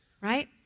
right